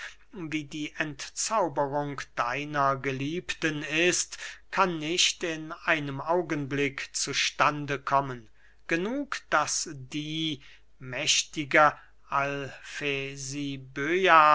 wie die entzauberung deiner geliebten ist kann nicht in einem augenblick zu stande kommen genug daß die mächtige